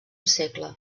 segle